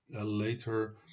later